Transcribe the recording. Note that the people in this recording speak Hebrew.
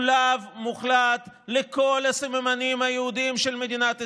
לאו מוחלט לכל הסממנים היהודיים של מדינת ישראל.